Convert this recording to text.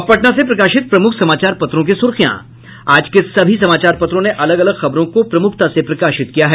अब पटना से प्रकाशित प्रमुख समाचार पत्रों की सुर्खियां आज के सभी समाचार पत्रों ने अलग अलग खबरों को प्रमुखता से प्रकाशित किया है